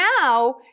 now